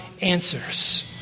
answers